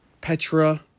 Petra